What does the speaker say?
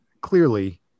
clearly